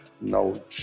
No